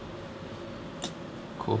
cool